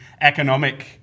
economic